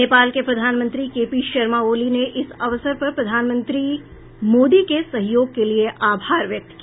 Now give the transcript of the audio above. नेपाल के प्रधानमंत्री के पी शर्मा ओली ने इस अवसर पर प्रधानमंत्री मोदी के सहयोग के लिए आभार व्यक्त किया